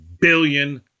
billion